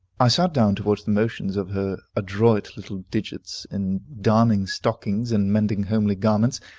i sat down to watch the motions of her adroit little digits in darning stockings, and mending homely garments.